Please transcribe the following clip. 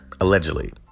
allegedly